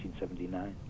1979